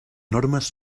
normes